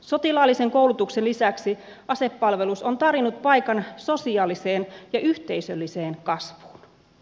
sotilaallisen koulutuksen lisäksi asepalvelus on tarjonnut paikan sosiaaliseen ja yhteisölliseen kasvuun